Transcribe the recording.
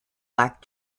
lack